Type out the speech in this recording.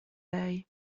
lei